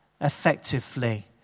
effectively